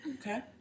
Okay